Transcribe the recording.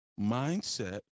mindset